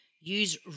Use